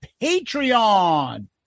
Patreon